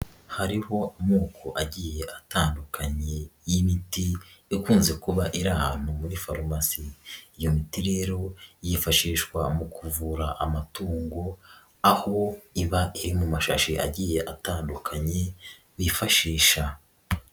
Hariho amoko agiye atandukanye y'imiti, ikunze kuba iri ahantu muri farumasi, iyo miti rero yifashishwa mu kuvura amatungo, aho iba iri mu mashashi agiye atandukanye bifashisha.